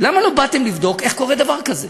למה לא באתם לבדוק איך קורה דבר כזה?